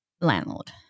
landlord